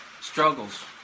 struggles